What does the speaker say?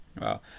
Wow